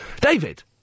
David